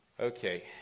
Okay